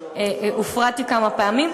אני הופרעתי כמה פעמים,